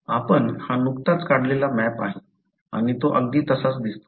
आपण हा नुकताच काढलेला मॅप आहे आणि तो अगदी तसाच दिसतो